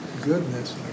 goodness